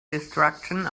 destruction